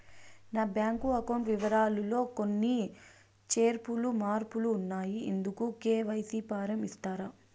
నా bank account వివరాలు లో కొన్ని చేర్పులు మార్పులు ఉన్నాయి, ఇందుకు కె.వై.సి ఫారం ఇస్తారా?